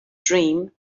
dream